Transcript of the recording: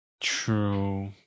True